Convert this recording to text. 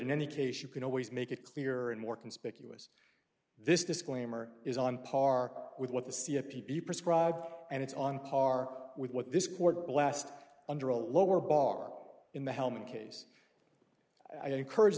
in any case you can always make it clearer and more conspicuous this disclaimer is on par with what the c f p prescribe and it's on par with what this court blast under a lower bar in the helmand case i encourage